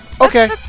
Okay